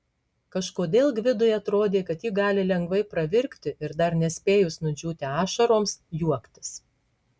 kažkodėl gvidui atrodė kad ji gali lengvai pravirkti ir dar nespėjus nudžiūti ašaroms juoktis